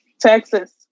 Texas